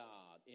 God